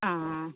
ആ